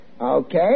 Okay